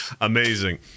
Amazing